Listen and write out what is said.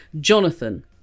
Jonathan